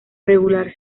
regular